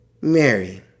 Mary